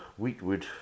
Wheatwood